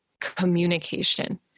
communication